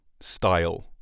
style